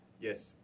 Yes